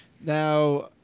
Now